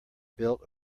built